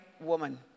woman